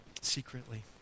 secretly